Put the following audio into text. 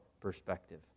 perspective